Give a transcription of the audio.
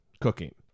cooking